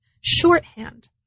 shorthand